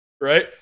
right